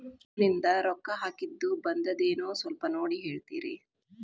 ಬೆಂಗ್ಳೂರಿಂದ ರೊಕ್ಕ ಹಾಕ್ಕಿದ್ದು ಬಂದದೇನೊ ಸ್ವಲ್ಪ ನೋಡಿ ಹೇಳ್ತೇರ?